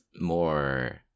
more